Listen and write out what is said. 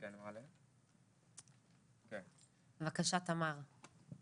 בבקשה תמר.